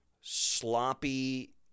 sloppy